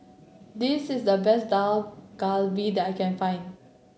this is the best Dak Galbi that I can find